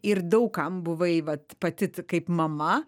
ir daug kam buvai vat pati kaip mama